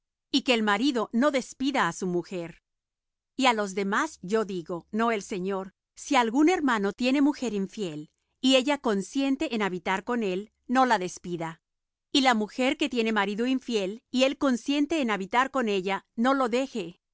y que el marido no despida á su mujer y á los demás yo digo no el señor si algún hermano tiene mujer infiel y ella consiente en habitar con él no la despida y la mujer que tiene marido infiel y él consiente en habitar con ella no lo deje